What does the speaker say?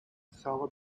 sarah